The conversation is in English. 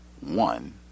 one